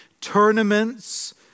tournaments